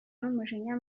n’umujinya